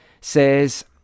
says